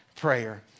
prayer